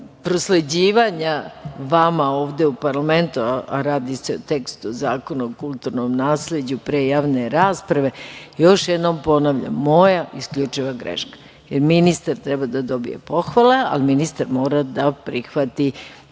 prosleđivanja vama ovde u parlamentu, a radi se o tekstu Zakona o kulturnom nasleđu pre javne rasprave, još jednom ponavljam, moja isključiva greška. Ministar treba da dobije pohvale, ali ministar mora da prihvati